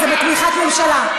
זה בתמיכת ממשלה.